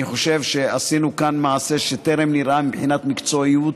אני חושב שעשינו כאן מעשה שטרם נראה מבחינת מקצועיות,